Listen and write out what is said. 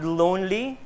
lonely